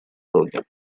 роге